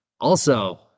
Also-